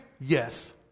Yes